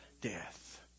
death